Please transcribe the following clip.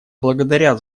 благодаря